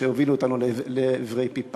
שהובילו אותנו לעברי פי פחת.